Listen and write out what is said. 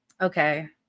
okay